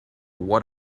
what